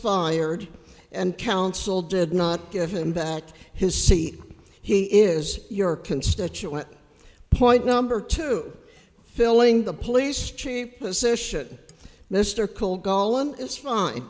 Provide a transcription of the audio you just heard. fired and council did not give him back his seat he is your constituent point number two filling the police chief position mr cole gallen it's fine